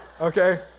okay